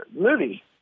movie